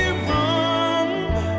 wrong